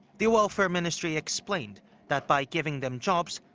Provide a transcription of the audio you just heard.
the welfare ministry explained that by giving them jobs,